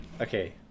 Okay